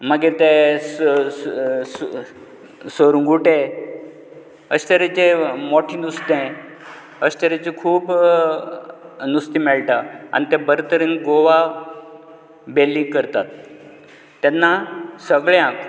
मागीर तें सु सु सु सुरुंगूटे अशें तरेचें मोठें नुस्तें अशें तरेचे खूप नुस्तें मेळटा आनी तें बरें तरेन गोवन बेल्ली करतात तेन्ना सगळ्यांक